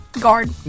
guard